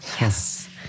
Yes